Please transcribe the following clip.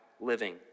living